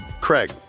craig